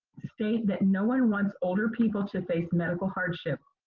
say that no one wants older people to face medical hardship.